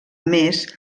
més